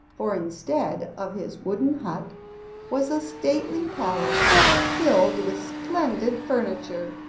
for instead of his wooden hut was a stately palace filled with splendid furniture,